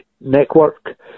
network